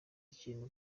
ikintu